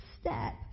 step